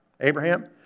Abraham